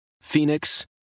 Phoenix